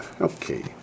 Okay